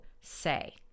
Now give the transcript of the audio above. say